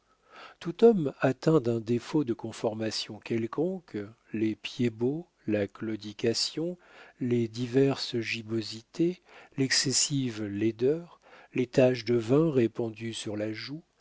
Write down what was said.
tout homme atteint d'un défaut de conformation quelconque les pieds bots la claudication les diverses gibbosités l'excessive laideur les taches de vin répandues sur la joue